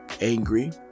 angry